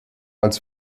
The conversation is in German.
als